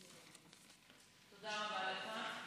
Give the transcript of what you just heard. תודה רבה לך.